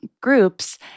groups